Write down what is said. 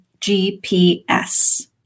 GPS